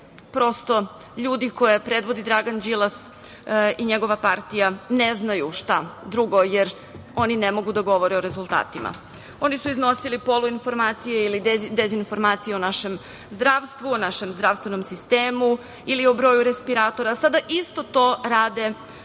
prosto ljudi koje predvodi Dragan Đilas i njegova partija ne znaju šta drugo jer oni ne mogu da govore o rezultatima. Oni su iznosili poluinformacije ili dezinformacije o našem zdravstvu, o našem zdravstvenom sistemu ili o broju respiratora. Sada isto to rade sa